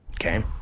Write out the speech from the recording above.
Okay